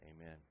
amen